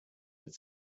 but